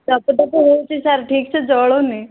ଟପଟପ ହଉଛି ସାର୍ ଠିକ୍ ସେ ଜଳୁନି